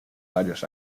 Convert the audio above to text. varios